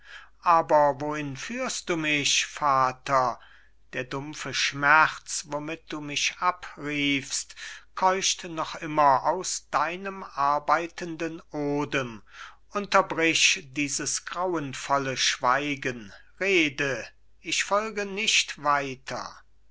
aber wohin führst du mich vater der dumpfe schmerz womit du mich abriefst keucht noch immer aus deinem arbeitenden odem unterbrich dieses grauenvolle schweigen rede ich folge nicht weiter